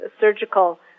surgical